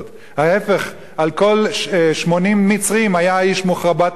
להיפך, על כל 80 מצרים היה איש "מוחבראת" אחד.